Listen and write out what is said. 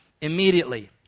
immediately